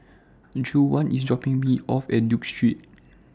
Juwan IS dropping Me off At Duke Street